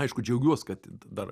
aišku džiaugiuos kad dabar